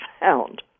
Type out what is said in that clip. found